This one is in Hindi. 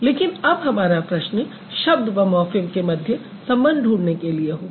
लेकिन अब हमारा प्रश्न शब्द व मॉर्फ़िम के मध्य संबंध ढूँढने के लिए होगा